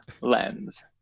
lens